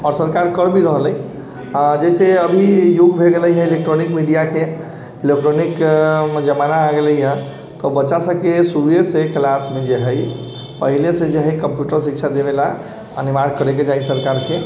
आओर सरकार करि भी रहल अछि जाहिसँ अभी युग भऽ गेलै हइ इलेक्ट्रॉनिक मीडियाके इलेक्ट्रॉनिक जमाना आबि गेलै हइ तऽ बच्चा सबके शुरूएसँ क्लासमे जे हइ पहिलेसँ जे हइ कम्प्यूटर शिक्षा देबैले अनिवार्य करैके चाही सरकारके